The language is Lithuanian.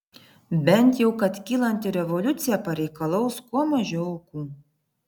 bent jau kad kylanti revoliucija pareikalaus kuo mažiau aukų